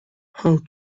how